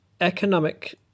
economic